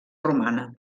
romana